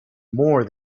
more